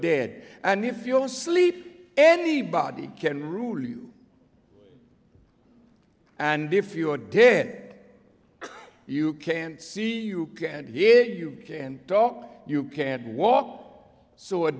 dead and if you don't sleep anybody can rule you and if you're dead you can't see you can't hear you talk you can't walk so a